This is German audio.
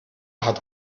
hat